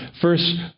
first